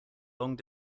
long